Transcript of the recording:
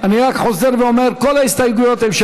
יוסף ג'בארין,